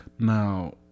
Now